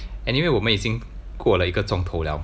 anyway 我们已经过了一个钟头 liao